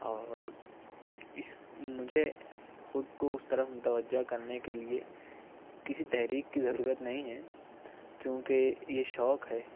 اور اس مجھے خود کو اس طرف متوجہ کرنے کے لیے کسی تحریک کی ضرورت نہیں ہے چونکہ یہ شوق ہے